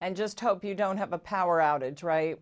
and just hope you don't have a power outage right